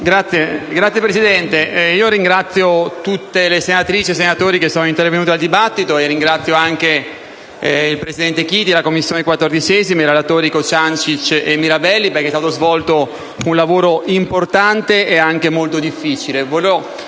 Signor Presidente, ringrazio tutte le senatrici e i senatori che sono intervenuti nel dibattito. Ringrazio anche il presidente Chiti e la 14a Commissione e i relatori Cociancich e Mirabelli, perché è stato svolto un lavoro importante e anche molto difficile.